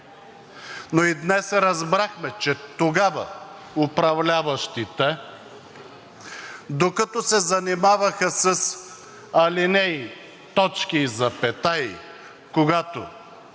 Но и днес разбрахме, че тогава управляващите, докато се занимаваха с алинеи, точки и запетаи, когато